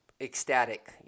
ecstatic